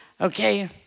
Okay